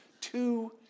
two